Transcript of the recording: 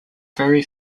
very